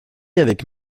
avec